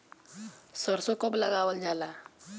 सरसो कब लगावल जाला?